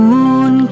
Moon